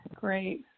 great